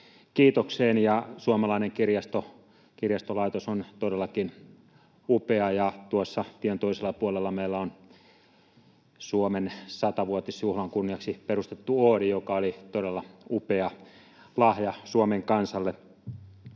kiitokseen. Suomalainen kirjastolaitos on todellakin upea, ja tuossa tien toisella puolella meillä on Suomen 100‑vuotisjuhlan kunniaksi perustettu Oodi, joka oli todella upea lahja Suomen kansalle.